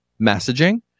messaging